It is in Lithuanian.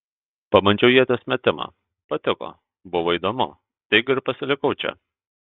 pabandžiau ieties metimą patiko buvo įdomu taigi ir pasilikau čia